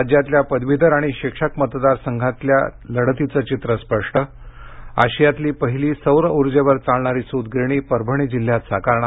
राज्यातल्या पदवीधर आणि शिक्षक मतदार संघांतल्या लढतींचं चित्र स्पष्ट आशियातली पहिली सौर ऊर्जेवर चालणारी सूत गिरणी परभणी जिल्ह्यात साकारणार